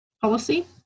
policy